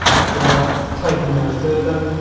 if you like, taken no further,